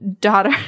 daughter